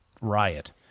riot